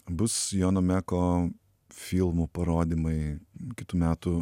bus jono meko filmų parodymai kitų metų